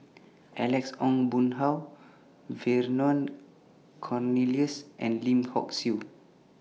Alex Ong Boon Hau Vernon Cornelius and Lim Hock Siew